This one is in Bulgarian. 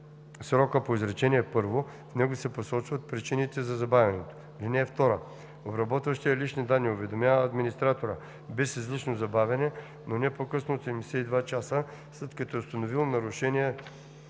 срока по изречение първо, в него се посочват причините за забавянето. (2) Обработващият лични данни уведомява администратора без излишно забавяне, но не по-късно от 72 часа след като е установил нарушение